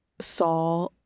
saw